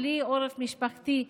בלי עורף משפחתי,